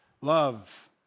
Love